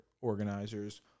organizers